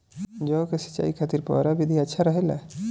जौ के सिंचाई खातिर फव्वारा विधि अच्छा रहेला?